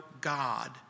God